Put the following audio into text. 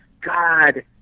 God